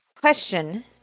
Question